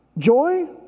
Joy